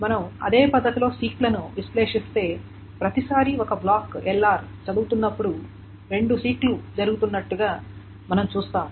మనం అదే పద్ధతిలో సీక్ లను విశ్లేషిస్తే ప్రతిసారీ ఒక బ్లాక్ lr చదువుతున్నప్పుడు రెండు సీక్ లు జరుగుతున్నట్లు మనం చూస్తాము